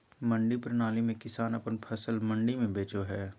मंडी प्रणाली में किसान अपन फसल मंडी में बेचो हय